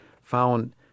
found